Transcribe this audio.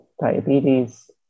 diabetes